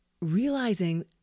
realizing